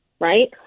right